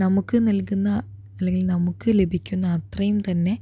നമുക്ക് നൽകുന്ന അല്ലങ്കിൽ നമുക്ക് ലഭിക്കുന്ന അത്രയും തന്നെ